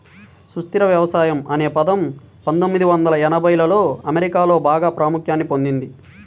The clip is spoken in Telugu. సుస్థిర వ్యవసాయం అనే పదం పందొమ్మిది వందల ఎనభైలలో అమెరికాలో బాగా ప్రాముఖ్యాన్ని పొందింది